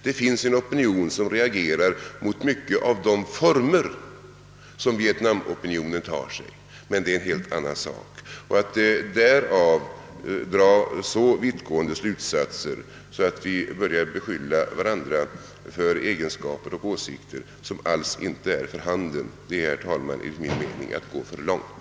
Det finns en opinion som reagerar mot många av de former som vietnamopinionen tar sig men det är en helt annan sak. Och att därav dra så vittgående slutsatser att vi börjar beskylla varandra för egenskaper och avsikter som alls inte är för handen, är, herr talman, enligt min mening att gå för långt.